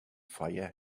fire